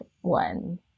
one